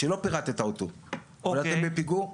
שלא פירטת אותו, אבל אתם בפיגור.